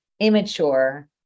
immature